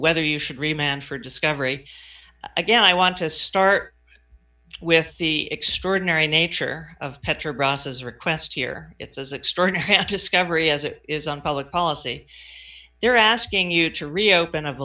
whether you should remain for discovery again i want to start with the extraordinary nature of petro process request here it's as extraordinary discovery as it is on public policy they're asking you to reopen of